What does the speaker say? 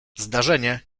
zdarzenie